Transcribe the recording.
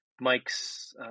Mike's